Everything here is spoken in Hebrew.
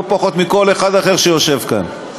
לא פחות מלכל אחד אחר שיושב כאן.